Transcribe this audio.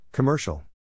Commercial